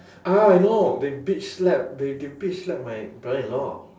ah I know they bitch slap they they bitch slap my brother in law